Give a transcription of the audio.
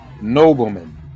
noblemen